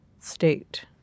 state